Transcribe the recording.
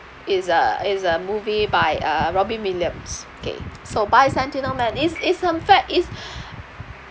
is a is a movie by uh robin williams okay so bicentennial man is is a fact is